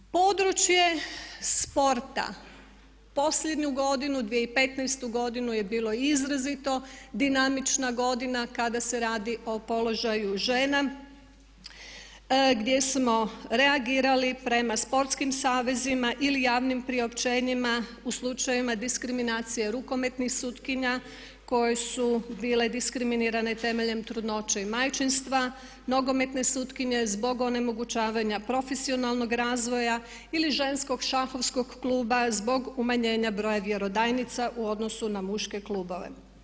Područje sporta, posljednju godinu, 2015. godinu je bilo izrazito dinamična godina kada se radi o položaju žena gdje smo reagirali prema sportskim savezima ili javnim priopćenjima u slučajevima diskriminacije rukometnih sutkinja koje su bile diskriminirane temeljem trudnoće i majčinstva, nogometne sutkinje zbog onemogućavanja profesionalnog razvoja ili ženskog šahovskog kluba zbog umanjenja broja vjerodajnica u odnosu na muške klubove.